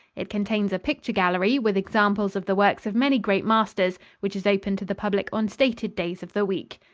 it contains a picture gallery, with examples of the works of many great masters, which is open to the public on stated days of the week.